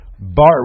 Bar